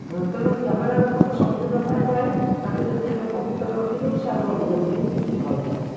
ତେଣୁ କ୍ୟାମେରାରେ ଫୋଟୋ ସବୁଦିନ ପାଇଁ ରୁହେ ତାକୁ ଯଦି ଆମେ କମ୍ପୁଟର୍ରେ ରଖିଦେଉ ସେ ଆହୁରି ଅଧିକ ଦିନ ରହିଥାଏ